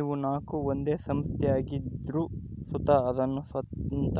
ಇವು ನಾಕು ಒಂದೇ ಸಂಸ್ಥೆ ಆಗಿದ್ರು ಸುತ ಅದುನ್ನ ಸ್ವಂತ